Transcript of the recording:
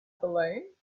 balloon